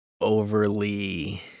overly